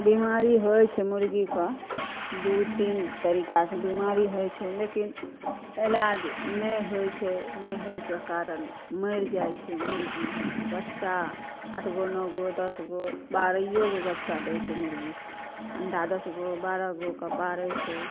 बीमारी होइ छै मुर्गीके दू तीन तरीका से बीमारी होइ छै लेकिन इलाज नहि होइ छै नहि होइके कारण मरि जाइ छै मुर्गी बच्चा आठ गो नओ गो दस गो बारहो गो बच्चा दै छै मुर्गी अंडा दस गो बारह गो के पारै छै